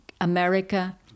america